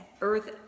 earth